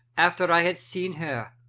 after i had seen her,